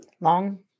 Long